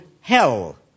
hell